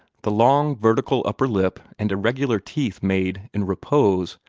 the long vertical upper-lip and irregular teeth made, in repose,